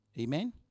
Amen